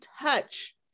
touch